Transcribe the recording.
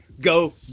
Go